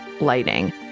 lighting